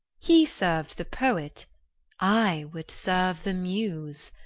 he served the poet i would serve the muse.